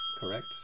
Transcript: Correct